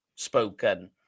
spoken